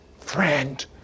friend